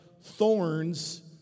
thorns